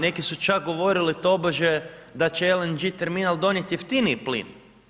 Neki su čak govorili tobože da će LNG terminal donijeti jeftiniji plin.